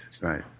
right